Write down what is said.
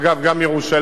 גם ירושלים,